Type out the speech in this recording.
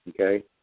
okay